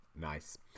Nice